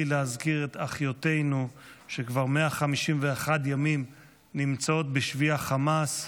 להזכיר את אחיותינו שכבר 151 ימים נמצאות בשבי החמאס,